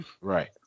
Right